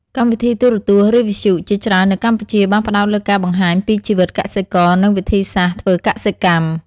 កម្មវិធីទូរទស្សន៍ ឬវិទ្យុជាច្រើននៅកម្ពុជាបានផ្តោតលើការបង្ហាញពីជីវិតកសិករ និងវិធីសាស្ត្រធ្វើកសិកម្ម។